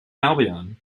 albion